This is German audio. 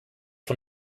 von